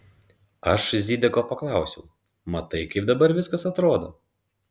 aš zideko paklausiau matai kaip dabar viskas atrodo